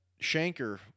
Shanker